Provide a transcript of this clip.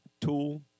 Tool